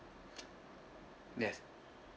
yes